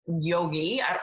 yogi